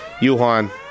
Yuhan